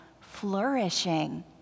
flourishing